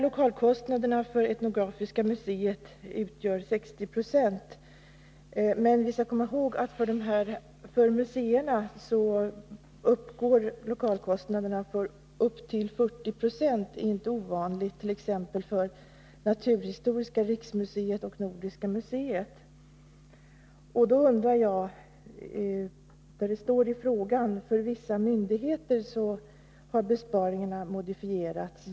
Lokalkostnaderna för Etnografiska museet utgör 60 96, men vi skall komma ihåg att det inte är ovanligt att lokalkostnaderna för museer uppgår till så mycket som 40 9. Så är fallet beträffande exempelvis Naturhistoriska riksmuseet och Nordiska museet. I svaret står det att besparingarna har modifierats för vissa myndigheter.